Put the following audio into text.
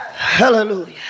Hallelujah